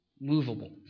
movable